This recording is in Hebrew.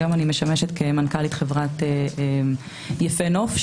היום אני משמשת מנכ"לית חברת יפה נוף,